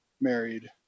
married